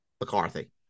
McCarthy